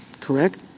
correct